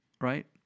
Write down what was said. right